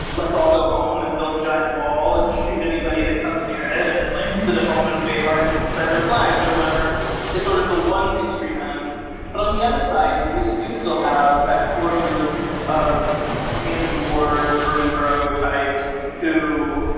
let's all go home and build a giant wall and just shoot anybody that comes near it and like sit at home and wave our confederate flags or whatever is sort of the one extreme. but on the other side, you really do still have that core group of anti-war bernie bro types who,